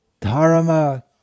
Dharma